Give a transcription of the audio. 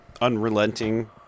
unrelenting